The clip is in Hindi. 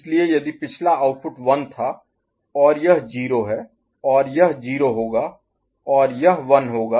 इसलिए यदि पिछला आउटपुट 1 था और यह 0 है और यह 0 होगा और यह 1 होगा